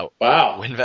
Wow